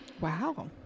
Wow